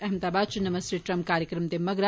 अहमदाबाद च ''नमस्ते ट्रंप'' कार्यक्रम दे मगरा